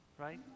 Right